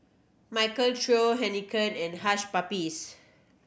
Michael Trio Heinekein and Hush Puppies